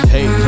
Hey